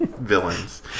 villains